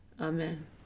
Amen